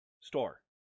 store